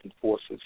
forces